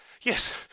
Yes